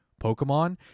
Pokemon